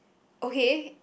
okay